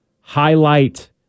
highlight